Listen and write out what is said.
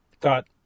got